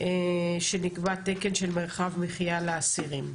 שנקבע תקן של מרחב מחיה לאסירים.